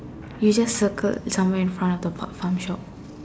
you just circle somewhere in front of the farm shop